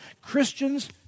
Christians